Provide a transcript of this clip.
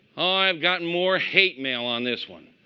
i've gotten more hate mail on this one.